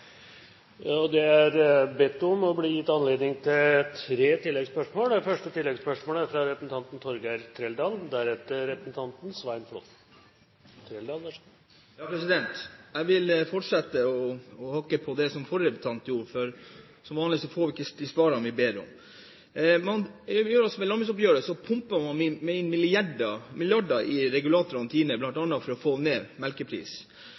Det er bedt om – og blir gitt anledning til – tre oppfølgingsspørsmål. Det første oppfølgingsspørsmålet er fra representanten Torgeir Trældal. Jeg vil fortsette å hakke på det som den forrige representanten hakket på, for som vanlig får vi ikke de svarene vi ber om. Ved landbruksoppgjøret pumper man inn milliarder i regulatoren Tine, bl.a. for å få ned melkeprisen. Vi har i dag verdens dyreste melk. Vi har en melkepris